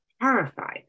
horrified